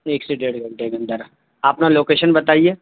ایک سے ڈیڑھ گھنٹے کے اندر اپنا لوکیشن بتائیے